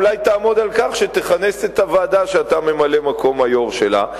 אולי תעמוד על כך ותכנס את הוועדה שאתה ממלא-מקום היושב-ראש שלה.